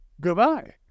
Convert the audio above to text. Goodbye